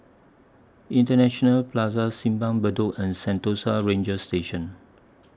International Plaza Simpang Bedok and Sentosa Ranger Station